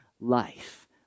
life